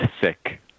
sick